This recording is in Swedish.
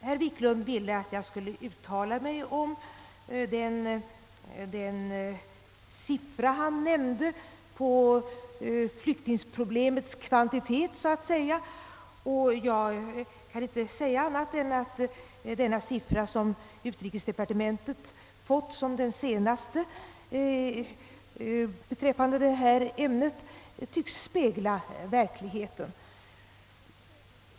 Herr Wiklund ville att jag skulle uttala mig om den siffra han nämnde för att så att säga ange flyktingproblemets kvantitet. Jag kan inte säga annat än att det var den senaste siffra, som utrikesdepartementet fått och som herr Wiklund använde och att den tycks spegla verkligheten.